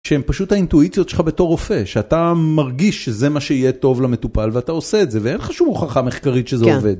שהן פשוט האינטואיציות שלך בתור רופא, שאתה מרגיש שזה מה שיהיה טוב למטופל ואתה עושה את זה, ואין לך שום הוכחה מחקרית שזה עובד.